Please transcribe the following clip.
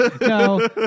no